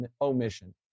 omission